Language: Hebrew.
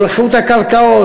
מול איכות הקרקעות,